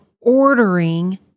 ordering